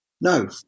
No